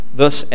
thus